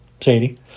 Sadie